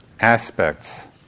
aspects